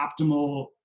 optimal